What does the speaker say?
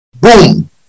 boom